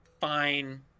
fine